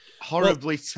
horribly